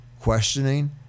questioning